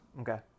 Okay